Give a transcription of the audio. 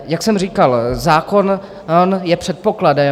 Jak jsem říkal, zákon je předpokladem.